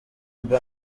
mba